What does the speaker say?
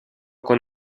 con